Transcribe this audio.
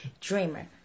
dreamer